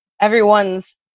Everyone's